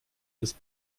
ist